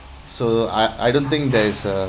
so I I don't think there's a